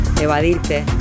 evadirte